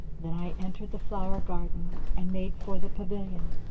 then i entered the flower garden and made for the pavilion,